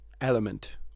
element